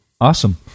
Awesome